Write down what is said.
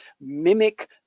mimic